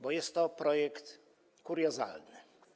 Bo jest to projekt kuriozalny.